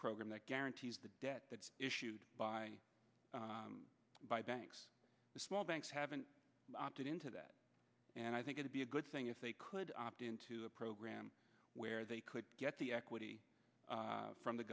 program that guarantees the debt issued by by banks small banks haven't opted into that and i think it'd be a good thing if they could opt into a program where they could get the equity from the